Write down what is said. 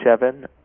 Seven